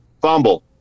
Fumble